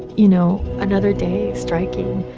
you know, another day striking.